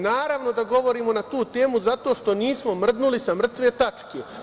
Naravno da govorimo na tu temu zato što nismo mrdnuli sa mrtve tačke.